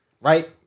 right